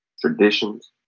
traditions